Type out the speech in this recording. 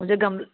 वह जो गमला